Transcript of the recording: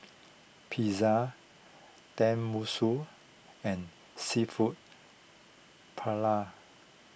Pizza Tenmusu and Seafood Paella